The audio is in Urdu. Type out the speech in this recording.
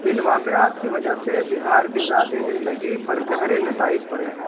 ان واقعات کی وجہ سے بہار کی ذاتی زندگی پر گہرے نتائج پڑے ہیں